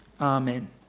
Amen